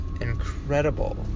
incredible